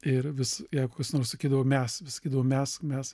ir vis jeigu kas nors sakydavo mes vis sakydavau mes mes